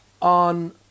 On